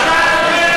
אתה טובל ושרץ בידך.